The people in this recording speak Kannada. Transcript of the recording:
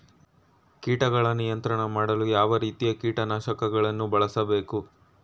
ಕೀಟಗಳ ನಿಯಂತ್ರಣ ಮಾಡಲು ಯಾವ ರೀತಿಯ ಕೀಟನಾಶಕಗಳನ್ನು ಬಳಸಬೇಕು?